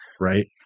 right